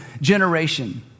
generation